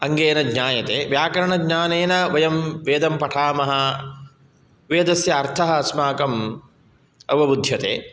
अङ्गेन ज्ञायते व्याकरणज्ञानेन वयं वेदं पठामः वेदस्य अर्थः अस्माकम् अवबुध्यते